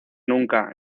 nunca